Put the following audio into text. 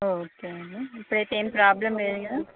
okay అండీ ఇప్పుడైతే ఏమి ప్రాబ్లెమ్ లేదు కదా